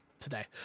today